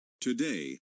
today